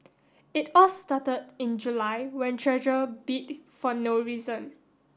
it all started in July when Treasure bit for no reason